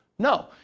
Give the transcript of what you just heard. No